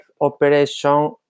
operation